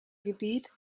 gebiet